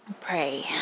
pray